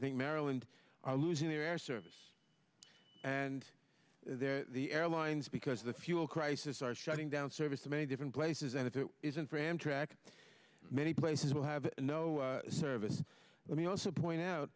think maryland are losing their air service and they're the airlines because the fuel crisis are shutting down service to many different places and it isn't for amtrak many places will have no service let me also point out